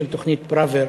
של תוכנית פראוור,